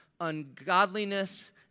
ungodliness